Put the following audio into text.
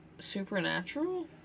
Supernatural